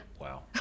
Wow